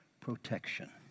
Protection